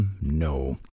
no